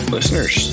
Listeners